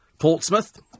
Portsmouth